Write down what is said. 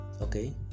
okay